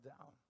down